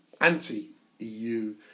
anti-EU